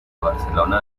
barcelona